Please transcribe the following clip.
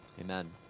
Amen